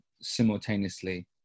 simultaneously